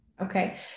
okay